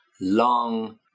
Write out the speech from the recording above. long